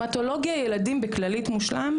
המטולוגיה ילדים בכללית מושלם,